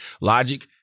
Logic